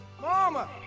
Mama